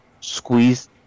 squeeze